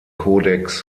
codex